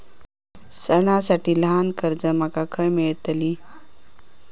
सणांसाठी ल्हान कर्जा माका खय मेळतली?